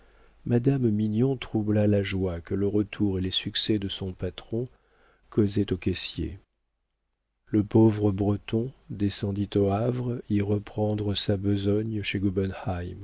madame mignon troubla la joie que le retour et les succès de son patron causaient au caissier le pauvre breton descendit au havre y reprendre sa besogne